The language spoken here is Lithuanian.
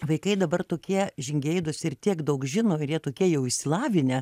vaikai dabar tokie žingeidūs ir tiek daug žino ir jie tokie jau išsilavinę